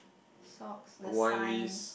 socks the sign